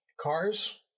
cars